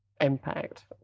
impact